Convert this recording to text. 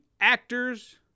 actors